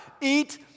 eat